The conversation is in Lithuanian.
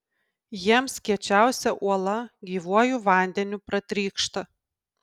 jiems kiečiausia uola gyvuoju vandeniu pratrykšta